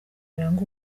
biranga